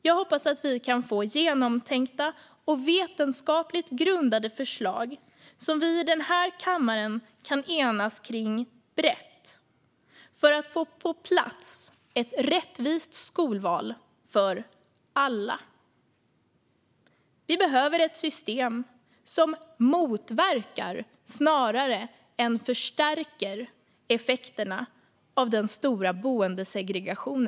Jag hoppas att vi kan få genomtänkta och vetenskapligt grundade förslag som vi i denna kammare kan enas kring brett för att få på plats ett rättvist skolval för alla. Vi behöver ett system som motverkar snarare än förstärker effekterna av dagens stora boendesegregation.